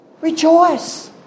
rejoice